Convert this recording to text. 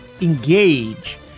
engage